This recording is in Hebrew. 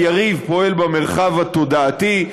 היריב פועל במרחב התודעתי,